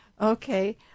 okay